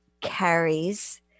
carries